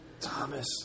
Thomas